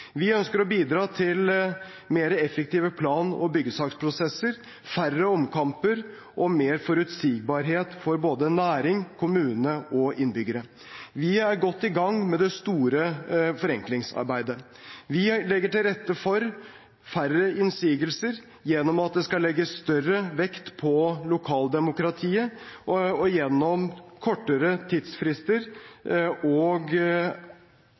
Vi ønsker å bidra til mer effektive plan- og byggesaksprosesser, færre omkamper og mer forutsigbarhet for både næring, kommune og innbyggere. Vi er godt i gang med det store forenklingsarbeidet. Vi legger til rette for færre innsigelser gjennom at det skal legges større vekt på lokaldemokratiet, gjennom kortere tidsfrister og